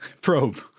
probe